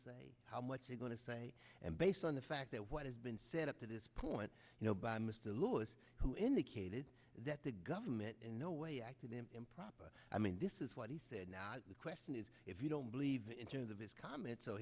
say how much they want to say and based on the fact that what has been set up to this point you know by mr lewis who indicated that the government in no way acted in improper i mean this is what he said now the question is if you don't believe in terms of his comments so